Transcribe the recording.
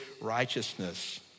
righteousness